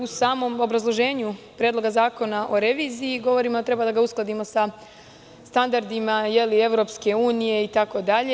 U samom obrazloženju Predloga zakona o reviziji govorimo da treba da ga uskladimo sa standardima EU itd.